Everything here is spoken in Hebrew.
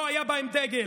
לא היה בהן דגל.